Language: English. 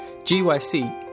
gyc